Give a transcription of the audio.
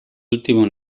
último